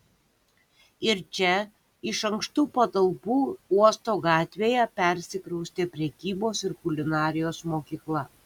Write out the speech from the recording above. ir čia iš ankštų patalpų uosto gatvėje persikraustė prekybos ir kulinarijos mokykla